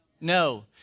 No